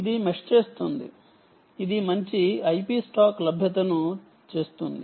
ఇది మెష్ చేస్తుంది ఇది మంచి IP స్టాక్ లభ్యతను చేస్తుంది